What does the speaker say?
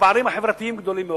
הפערים החברתיים גדולים מאוד,